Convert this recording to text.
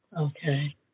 Okay